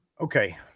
Okay